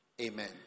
Amen